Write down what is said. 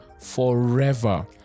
forever